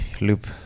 loop